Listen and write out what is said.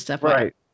Right